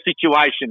situation